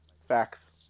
facts